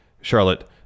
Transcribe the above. Charlotte